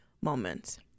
moments